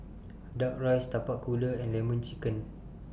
Duck Rice Tapak Kuda and Lemon Chicken